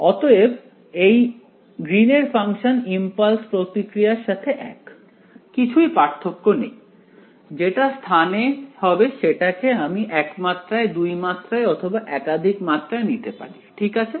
অতএব এই গ্রিনের ফাংশন ইমপালস প্রতিক্রিয়ার সাথে এক কিছুই পার্থক্য নেই যেটা স্থানে হবে সেটাকে আমি এক মাত্রায় দুই মাত্রায় অথবা একাধিক মাত্রায় নিতে পারি ঠিক আছে